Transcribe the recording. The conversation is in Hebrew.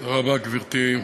תודה רבה, גברתי.